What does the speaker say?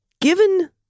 given